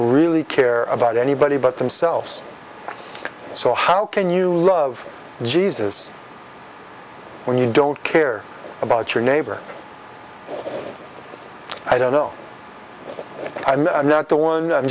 really care about anybody but themselves so how can you love jesus when you don't care about your neighbor i don't know i'm not the one